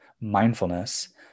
mindfulness